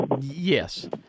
Yes